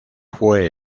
fue